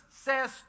says